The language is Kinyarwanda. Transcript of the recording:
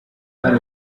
hari